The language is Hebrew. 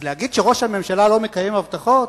אז להגיד שראש הממשלה לא מקיים הבטחות?